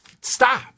stop